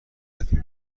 غلطی